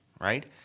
right